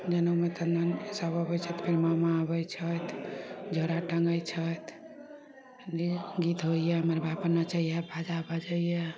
जनेउमे तऽ नाने सभ अबय छथि फेर मामा आबय छथि झोड़ा टाँगय छथि जे गीत होइए मड़बापर नचैए बाजा बजैए